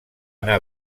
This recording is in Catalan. anar